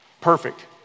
perfect